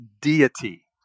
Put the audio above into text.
deity